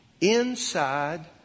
inside